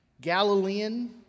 Galilean